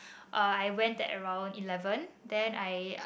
uh I went at around eleven then I